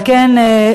על כן,